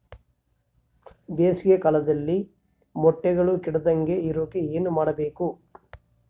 ಬೇಸಿಗೆ ಕಾಲದಲ್ಲಿ ಮೊಟ್ಟೆಗಳು ಕೆಡದಂಗೆ ಇರೋಕೆ ಏನು ಮಾಡಬೇಕು?